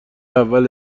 اول